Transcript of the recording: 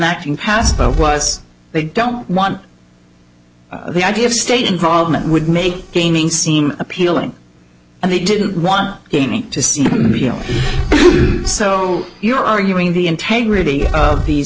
acting passed out was they don't want the idea of state involvement would make gaining seem appealing and they didn't want to see you know so you're arguing the integrity of these